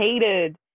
hated